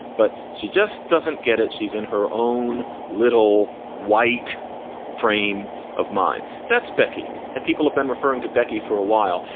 but she just doesn't get it. she's in her own little white frame of mind. that's becky. and people have been referring to becky for a while.